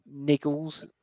niggles